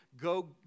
go